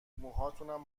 موهاتونم